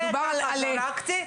מדובר על --- זה כבר בדקתי,